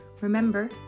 Remember